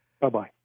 Bye-bye